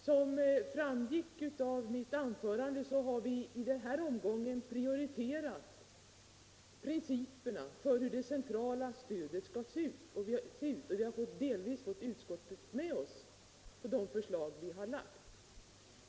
Som framgick av mitt anförande har vi i den här omgången när det läggs ew regeringsförslag om ett nytt stödsystem prioriterat principerna för hur det centrala stödet skall se ut, och vi har delvis fått. utskottet med oss på de förslag vi framlagt.